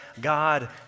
God